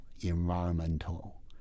environmental